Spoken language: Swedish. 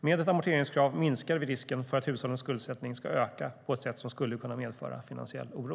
Med ett amorteringskrav minskar vi risken för att hushållens skuldsättning ska öka på ett sätt som skulle kunna medföra finansiell oro.